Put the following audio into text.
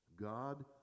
God